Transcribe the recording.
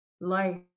life